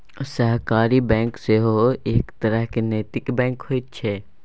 सहकारी बैंक सेहो एक तरहक नैतिक बैंक होइत छै